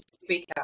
speaker